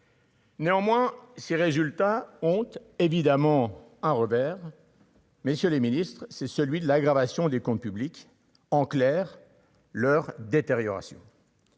Néanmoins, ces résultats honte évidemment à Robert. Messieurs les ministres, c'est celui de l'aggravation des comptes publics en clair leur détérioration.